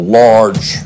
large